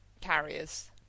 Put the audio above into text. carriers